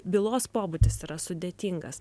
bylos pobūdis yra sudėtingas